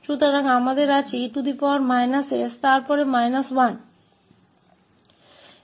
तो हमारे पास e s और फिर 1 है